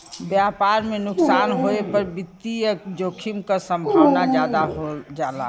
व्यापार में नुकसान होये पर वित्तीय जोखिम क संभावना जादा हो जाला